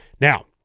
Now